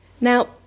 Now